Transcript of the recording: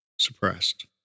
suppressed